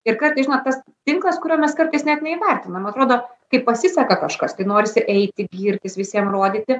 ir kartais žinot tas tinklas kurio mes kartais net neįvertinam atrodo kai pasiseka kažkas tai norisi eiti girtis visiem rodyti